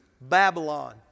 Babylon